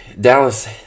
Dallas